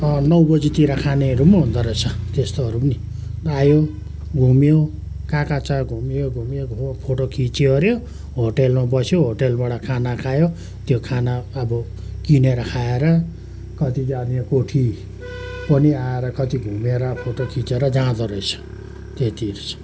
नौ बजीतिर खानेहरू पनि हुँदोरहेछ त्यस्तोहरू पनि आयो घुम्यो कहाँ कहाँ छ घुम्यो घुम्यो फोटो खिच्यो ओऱ्यो होटेलमा बस्यो होटेलबाट खाना खायो त्यो खाना अब किनेर खाएर कतिजना यो कोठी पनि आएर कति घुमेर फोटो खिचेर जाँदो रहेछ त्यतिहरू छ